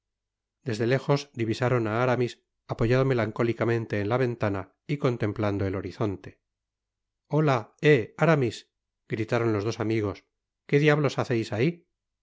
desde lejos divisaron á aramis apoyado melancólicamente en la ventana y contemplando el horizonte hola eh aramis gritaron los dos amigos qué diablos haceis abi